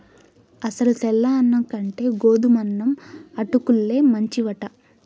అసలు తెల్ల అన్నం కంటే గోధుమన్నం అటుకుల్లే మంచివట